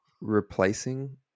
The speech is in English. replacing